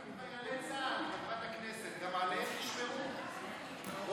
חיילי צה"ל, חברת הכנסת, גם עליהם תשמרו או